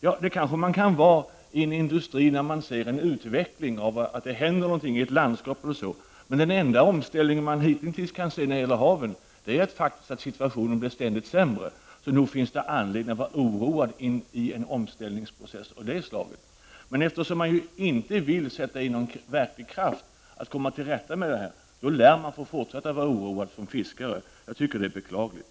Ja, det kanske man kan vara i en industri, när man ser vad som händer med utvecklingen i ett landskap eller liknande. Men den enda omställning man hitintills kan se när det gäller haven är att situationen ständigt blir sämre. Nog finns det anledning att vara oroad i en omställningsprocess av det slaget. Men eftersom regeringen inte vill sätta in någon verklig kraft för att komma till rätta med detta, lär man få fortsätta att vara oroad som fiskare. Jag tycker att det är beklagligt.